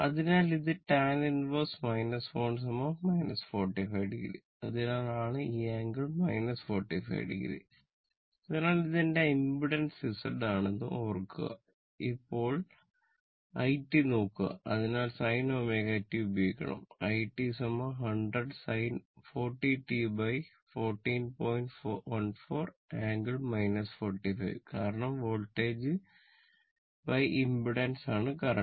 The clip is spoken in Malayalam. അതിനാൽ ഇത് tan 1 1 45 o അതിനാലാണ് ഈ ആംഗിൾ ഇംപെഡൻസ് ആണ് കറന്റ്